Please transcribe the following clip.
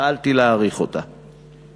פעלתי להאריך אותה.